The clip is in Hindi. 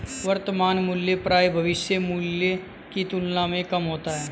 वर्तमान मूल्य प्रायः भविष्य मूल्य की तुलना में कम होता है